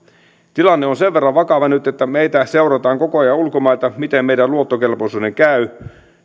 tilanne on sen verran vakava nyt että meitä seurataan koko ajan ulkomailta miten meidän luottokelpoisuuden käy